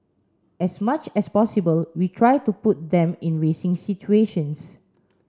as much as possible we try to put them in racing situations